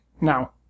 now